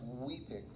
weeping